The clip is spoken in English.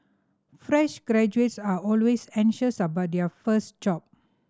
fresh graduates are always anxious about their first job